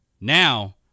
Now